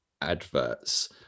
adverts